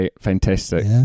fantastic